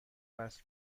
وصل